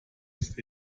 ist